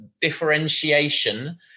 differentiation